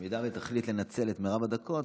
אם תחליט לנצל את מרב הדקות,